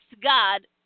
god